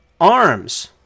Arms